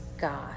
God